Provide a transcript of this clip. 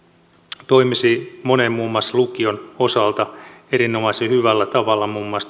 toimisi monen muun muassa lukion osalta erinomaisen hyvällä tavalla muun muassa